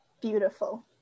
Beautiful